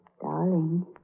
Darling